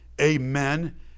Amen